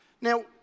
Now